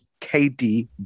KD